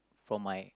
from my